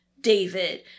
David